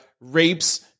rapes